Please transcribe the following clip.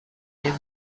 این